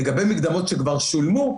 לגבי מקדמות שכבר שולמו,